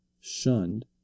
shunned